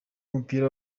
w’umupira